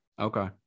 Okay